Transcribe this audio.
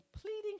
pleading